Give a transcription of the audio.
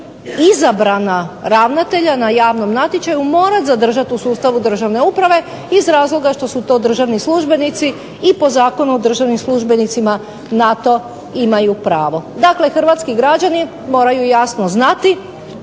izabrana ravnatelja na javnom natječaju morati zadržati na sustavu državne uprave iz razloga što su to državni službenici i po Zakonu o državnim službenicima na to imaju pravo. Dakle, Hrvatski građani moraju jasno znati